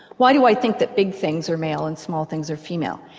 why do i think that big things are male and small things are female?